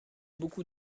beaucoup